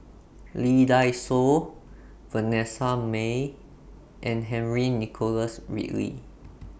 Lee Dai Soh Vanessa Mae and Henry Nicholas Ridley